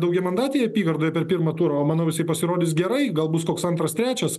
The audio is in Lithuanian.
daugiamandatėje apygardoj per pirmą turą o manau jisai pasirodys gerai gal bus koks antras trečias